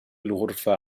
الغرفة